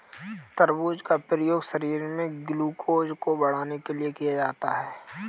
तरबूज का प्रयोग शरीर में ग्लूकोज़ को बढ़ाने के लिए किया जाता है